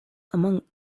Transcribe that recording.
among